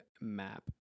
map